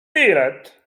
bilet